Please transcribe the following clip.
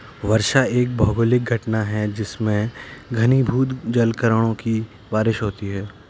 वर्षा एक भौगोलिक घटना है जिसमें घनीभूत जलकणों की बारिश होती है